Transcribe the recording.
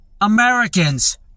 Americans